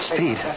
Speed